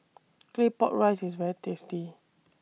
Claypot Rice IS very tasty